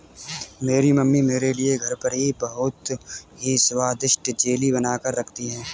मेरी मम्मी मेरे लिए घर पर ही बहुत ही स्वादिष्ट जेली बनाकर रखती है